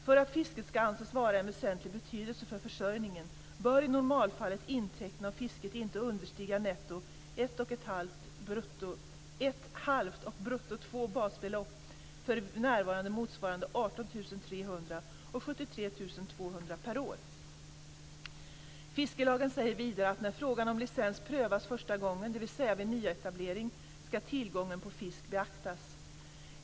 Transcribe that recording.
För att fisket ska anses vara av väsentlig betydelse för försörjningen bör i normalfallet intäkten av fisket inte understiga netto ett halvt och brutto två basbelopp, vilket för närvarande motsvarar 18 300 kr och 73 200 kr per år. Fiskelagen säger vidare att när frågan om licens prövas första gången, dvs. vid nyetablering, ska tillgången på fisk beaktas.